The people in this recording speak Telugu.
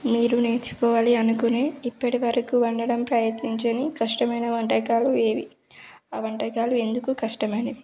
మీరు నేర్చుకోవాలి అనుకునే ఇప్పటి వరకు వండడం ప్రయత్నించని కష్టమైన వంటకాలు ఏవి ఆ వంటకాలు ఎందుకు కష్టమైనవి